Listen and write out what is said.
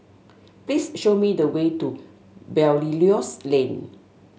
please show me the way to Belilios Lane